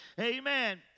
Amen